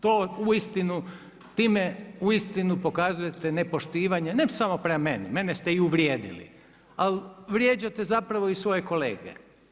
To uistinu, time uistinu pokazujete nepoštivanje, ne samo prema meni, mene ste i uvrijedili, ali vrijeđate zapravo i svoje kolege.